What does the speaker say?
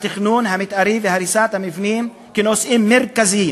התכנון המתארי והריסת המבנים כנושאים מרכזיים